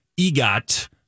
Egot